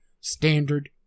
standard